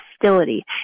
hostility